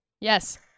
Yes